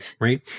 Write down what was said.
Right